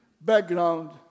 background